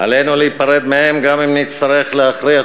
עלינו להיפרד מהם גם אם נצטרך להכריח